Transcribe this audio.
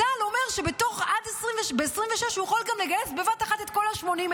צה"ל אומר שב-2026 הוא גם יכול לגייס בבת אחת את כל ה-80,000.